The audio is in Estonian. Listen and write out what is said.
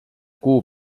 kuu